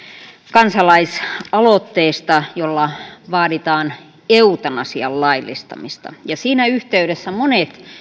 kansa laisaloitteesta jolla vaaditaan eutanasian laillistamista siinä yhdessä monet